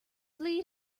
lead